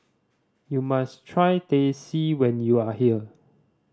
you must try Teh C when you are here